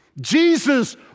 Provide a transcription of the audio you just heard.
Jesus